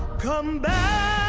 come back,